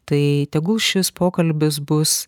tai tegul šis pokalbis bus